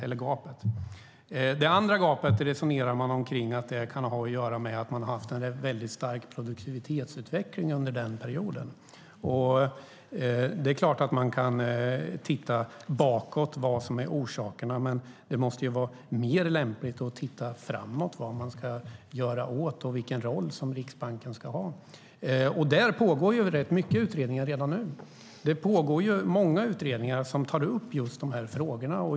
När det gäller det andra gapet resonerar man om att det kan ha att göra med att det har varit en väldigt stark produktivitetsutveckling under den perioden. Det är klart att man kan titta bakåt på vad som är orsakerna, men det måste vara mer lämpligt att titta framåt på vad man ska göra åt det och vilken roll som Riksbanken ska ha. Det pågår rätt många utredningar redan nu som tar upp just de här frågorna.